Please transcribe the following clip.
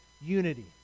unity